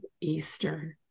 Eastern